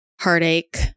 heartache